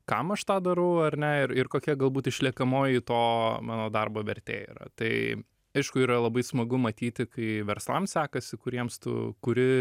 kam aš tą darau ar ne ir ir kokia galbūt išliekamoji to mano darbo vertė yra tai aišku yra labai smagu matyti kai verslams sekasi kuriems tu kuri